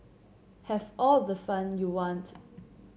have all the fun you want